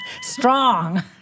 strong